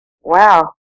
wow